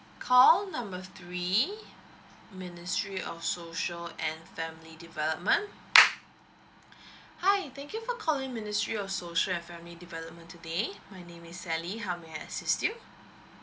call number three ministry of social and family development hi thank you for calling ministry of social and family development today my name is sally how may I assist you